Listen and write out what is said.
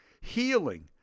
healing